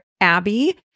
Abby